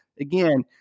Again